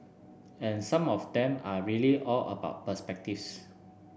and some of them are really all about perspectives